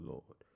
Lord